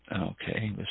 okay